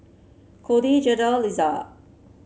Codey Jada Litzy